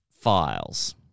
files